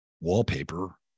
wallpaper